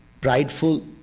Prideful